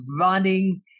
running